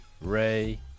Ray